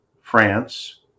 France